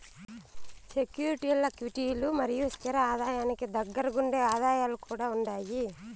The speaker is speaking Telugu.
సెక్యూరీల్ల క్విటీలు మరియు స్తిర ఆదాయానికి దగ్గరగుండే ఆదాయాలు కూడా ఉండాయి